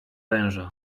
węża